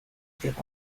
strip